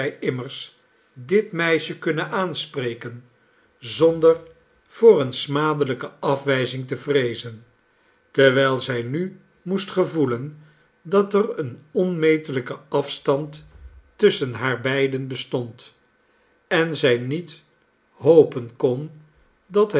dit meisje kunnen aanspreken zonder voor eene smadelijke afwijzing te vreezen terwijl zij nu moest gevoelen dat er een onmetelijke afstand tusschen haar beiden bestond en zij niet hopen kon dat